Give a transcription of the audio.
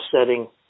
setting